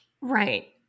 right